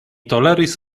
toleris